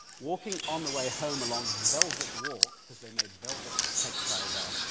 walking on the way home along velvet walk, because they made velvet textile there,